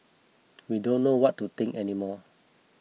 we don't know what to think any more